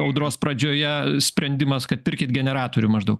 audros pradžioje sprendimas kad pirkit generatorių maždaug